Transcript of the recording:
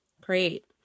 Great